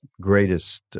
greatest